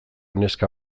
neska